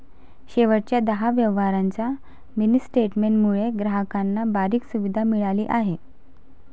शेवटच्या दहा व्यवहारांच्या मिनी स्टेटमेंट मुळे ग्राहकांना बरीच सुविधा मिळाली आहे